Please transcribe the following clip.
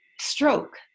stroke